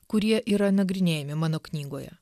kurie yra nagrinėjami mano knygoje